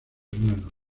humanos